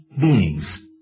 beings